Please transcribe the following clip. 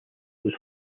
goes